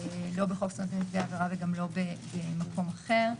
לא בחוק זכויות נפגעי עבירה וגם לא במקום אחר.